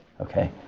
Okay